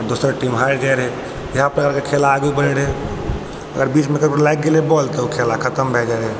आओर दोसर टीम हारि जाइत रहै इएहपर खेला आगू बढ़ै रहै अगर बीचमे केकरो लागि गेलै बॉल तऽ खेला खतम भए गेलै